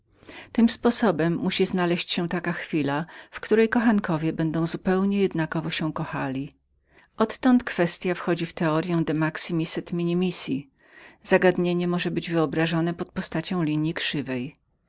tym sposobem musi znaleźć się taka chwila w której kochankowie będą zupełnie równo w tym samym stopniu się kochać odtąd kwestya wchodzi w teoryą de maximis et minimis i zagadnienie może być wyobrażonem pod postacią linji krzywej